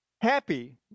happy